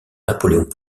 napoléon